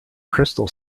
crystal